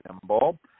symbol